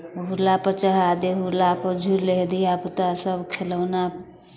हुल्लापर चढ़ा दे हुल्लापर झूलै हइ धियापुतासभ खेलौना